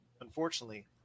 unfortunately